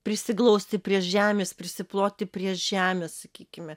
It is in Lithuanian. prisiglausti prie žemės prisiploti prie žemės sakykime